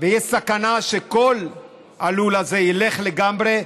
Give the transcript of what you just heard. ויש סכנה שכל הלול הזה ילך לגמרי,